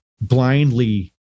blindly